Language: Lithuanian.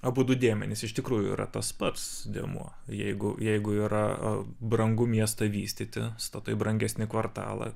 abudu dėmenys iš tikrųjų yra tas pats dėmuo jeigu jeigu yra brangu miestą vystyti statai brangesnį kvartalą